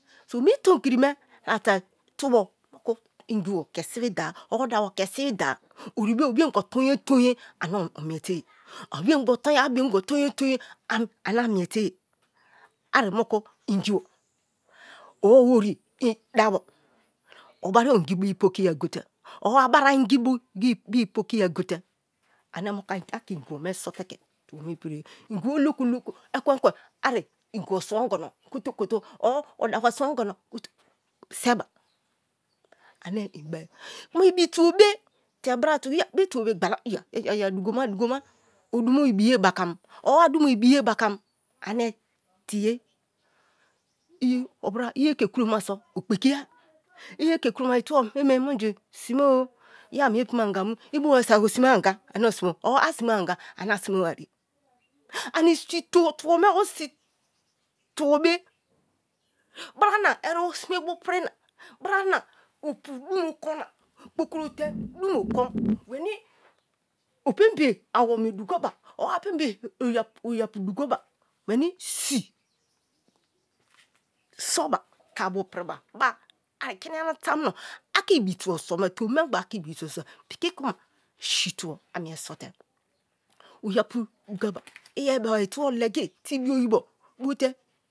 So̠ mi tomkiri me tubo moku ingibo ke sibi da or dabo ke sibi da, ori be obiogbo tonye tonye ame omie̠te̠ ye a biongbo tonye tonye a ne̠ a miete ye, ari moku ingibo or ori dabo, obari o inyi bi pokiya gote̠ or abari a ingi bi pokiya gote̠ ane moku ake̠ ingibo me sote̠ ingibo oloku loku, ekwen ekwen ari inyibo sibogo̠no koto koto or dabo siwi ogono kotoko-to sèba kruma ibi tubo bé ya bi tubo be gbala yayaya dugo ma dugoma o du̠mo ibiye bakam or a dumo ibiye bakam or a dumo ibiye bakam ane̠ tu obra iye ke kuro maso̠ opke kiya, yeke kuro ma itubo mieme muju sime o ya mie penbe̠ anya mu i bowa suki o suiru anga ani osine or a sinie anga ane a sinae wa sè ani si tuo be̠ bra na ésebo simue ba prina brana opu dumo ko̠n nan pkokoro te dumo kon na weni opemba awo̠me duga ba opembe oyapu duga bu weni si̠ so̠ba ke̠ abu priba b̠a kini yana tamuno ake ibi tubo soma, tomi memba utie ibi tubo si̠ piki kuma chi tuo amie so̠te̠ oyapu duga ba, iyeri beba itubo legi te ebi oyibo bote̠